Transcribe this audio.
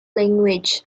language